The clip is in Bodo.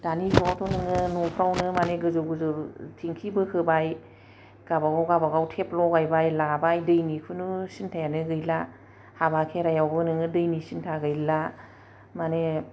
दानि न'आवथ' नोङो न'फ्रावनो मानि गोजौ गोजौ थिंखि बोखोबाय गाबागाव गाबागाव टेप लगायबाय लाबाय दैनि खुनु सिन्थायानो गैला हाबा खेराइआवबो नोङो दैनि सिन्था गैला माने